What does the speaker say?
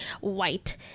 white